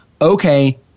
okay